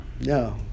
no